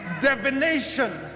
divination